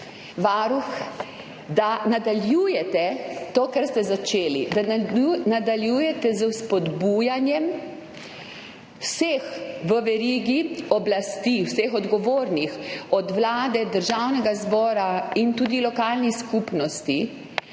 varuh, da nadaljujete, kar ste začeli, da nadaljujete s spodbujanjem vseh v verigi oblasti, vseh odgovornih, od Vlade, Državnega zbora in tudi do lokalnih skupnosti,